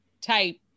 type